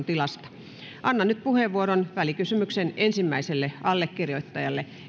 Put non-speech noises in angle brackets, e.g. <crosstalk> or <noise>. <unintelligible> tilasta annan nyt puheenvuoron välikysymyksen ensimmäiselle allekirjoittajalle